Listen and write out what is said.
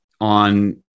on